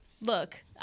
look